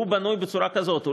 בנוי בצורה כזאת.